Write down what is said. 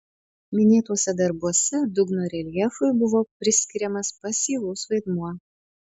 minėtuose darbuose dugno reljefui buvo priskiriamas pasyvus vaidmuo